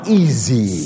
easy